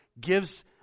gives